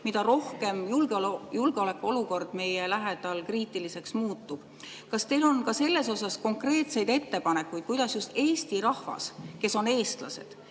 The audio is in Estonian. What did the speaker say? mida rohkem julgeolekuolukord meie lähedal kriitiliseks muutub. Kas teil on ka selle kohta konkreetseid ettepanekuid, kuidas just eesti rahvas, need, kes on eestlased,